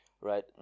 right